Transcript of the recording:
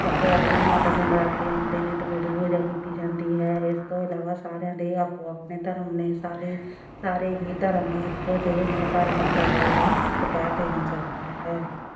ਆਪੋ ਆਪਣੇ ਮਾਤਾ ਦੇ ਨਰਾਤੇ ਹੁੰਦੇ ਨੇ ਅਤੇ ਉਦੋਂ ਪੂਜਾ ਕੀਤੀ ਜਾਂਦੀ ਹੈ ਇਸ ਤੋਂ ਇਲਾਵਾ ਸਾਰਿਆਂ ਦੇ ਆਪੋ ਆਪਣੇ ਧਰਮ ਨੇ ਸਾਰੇ ਸਾਰੇ ਹੀ ਧਰਮ ਇੱਕੋ ਜਿਹੇ ਨੇ ਸਾਰਿਆਂ ਨੂੰ ਬਰਾਬਰ ਦਾ ਅਧਿਕਾਰ ਦੇਣਾ ਚਾਹੀਦਾ ਹੈ